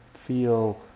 feel